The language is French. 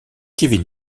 kevin